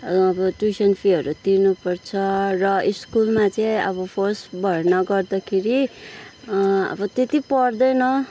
र अब ट्युसन फीहरू तिर्नु पर्छ र स्कुलमा चाहिँ अब फर्स्ट भर्ना गर्दाखेरि अब त्यति पर्दैन